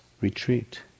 retreat